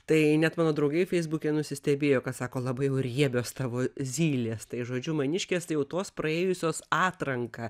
tai net mano draugai feisbuke nusistebėjo kad sako labai jau riebios tavo zylės tai žodžiu maniškės tai jau tos praėjusios atranką